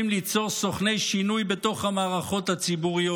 ליצור סוכני שינוי בתוך המערכות הציבוריות,